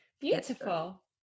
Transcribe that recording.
beautiful